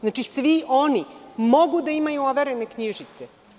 Znači, svi oni mogu da imaju overene knjižice.